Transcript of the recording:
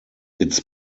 its